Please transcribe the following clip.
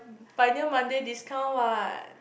Pioneer Monday discount what